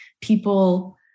people